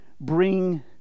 bring